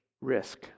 risk